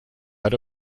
out